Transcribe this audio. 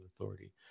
authority